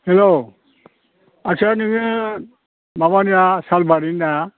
hello आच्चा नोङो माबानिना सालबारिनिना